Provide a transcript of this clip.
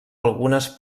algunes